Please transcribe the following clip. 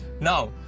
Now